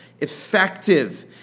effective